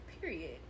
period